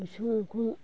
इसिं अखं